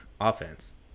offense